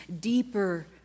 deeper